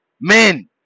Men